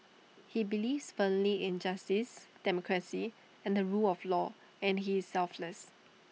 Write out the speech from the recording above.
he believes firmly in justice democracy and the rule of law and he is selfless